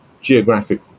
geographic